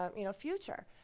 um you know, future.